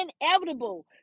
inevitable